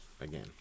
again